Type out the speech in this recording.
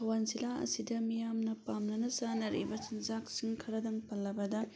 ꯊꯧꯕꯥꯜ ꯖꯤꯜꯂꯥ ꯑꯁꯤꯗ ꯃꯤꯌꯥꯝꯅ ꯄꯥꯝꯅꯅ ꯆꯥꯅꯔꯤꯕ ꯆꯤꯟꯖꯥꯛꯁꯤꯡ ꯈꯔꯗꯪ ꯄꯜꯂꯕꯗ